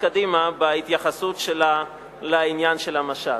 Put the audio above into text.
קדימה בהתייחסות שלה לעניין של המשט.